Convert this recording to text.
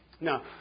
Now